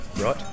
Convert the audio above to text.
right